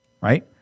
Right